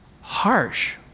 Harsh